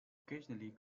occasionally